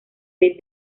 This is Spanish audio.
vez